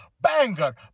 banger